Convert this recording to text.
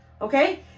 okay